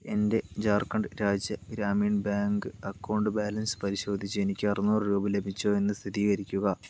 എൻ്റെ Jharkhand Rajya Gramin Bank account balance പരിശോധിച്ച് എനിക്ക് അറുന്നൂറുരൂപ ലഭിച്ചോ എന്ന് സ്ഥിരീകരിക്കുക